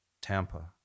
Tampa